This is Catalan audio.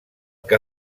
que